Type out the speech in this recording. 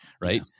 right